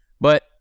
but-